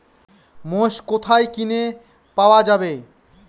মোষ কোথায় কিনে পাওয়া যাবে?